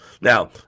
Now